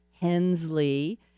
Hensley